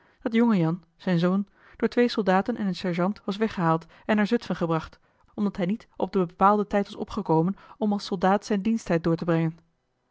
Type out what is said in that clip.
dat jongejan zijn zoon door twee soldaten en een sergeant was weggehaald en naar zutfen gebracht omdat hij niet op den bepaalden tijd was opgekomen om als soldaat zijn diensttijd door te brengen